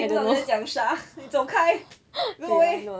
听不到你在讲啥你走开 go away